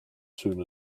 soon